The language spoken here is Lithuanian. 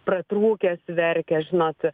pratrūkęs verkia žinot